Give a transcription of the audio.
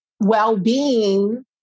Well-being